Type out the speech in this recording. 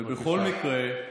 ובכל מקרה,